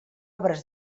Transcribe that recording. obres